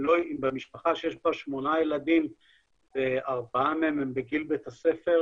במשפחה שיש בה שמונה ילדים וארבעה מהם הם בגיל בית הספר